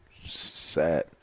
Sad